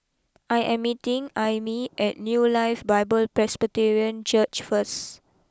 I am meeting Aimee at new Life Bible Presbyterian Church first